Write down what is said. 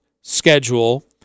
schedule